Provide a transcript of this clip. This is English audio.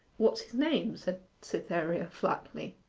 what's his name said cytherea flatly.